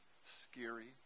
scary